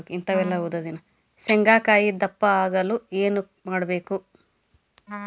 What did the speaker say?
ಶೇಂಗಾಕಾಯಿ ದಪ್ಪ ಆಗಲು ಏನು ಮಾಡಬೇಕು?